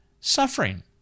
suffering